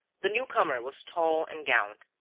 the new-comer was tall and gaunt,